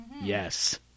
Yes